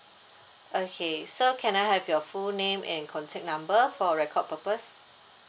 okay sir can I have your full name and contact number for record purpose